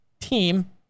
team